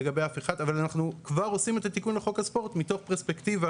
אנחנו כבר עושים את התיקון לחוק הספורט מתוך פרספקטיבה